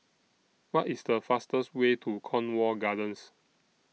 What IS The fastest Way to Cornwall Gardens